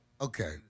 Okay